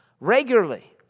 regularly